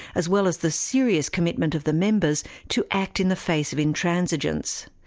as well as the serious commitment of the members to act in the face of intransigence.